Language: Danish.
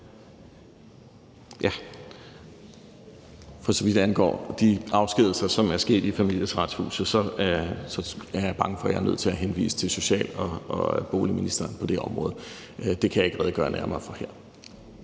For så vidt angår de afskedigelser, som er sket i Familieretshuset, er jeg bange for, at jeg er nødt til at henvise til social- og boligministeren. Det kan jeg ikke redegøre nærmere for her.